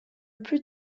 plus